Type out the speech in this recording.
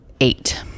Eight